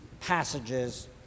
passages